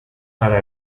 hala